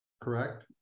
correct